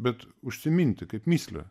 bet užsiminti kaip mįslę